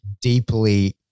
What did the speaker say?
deeply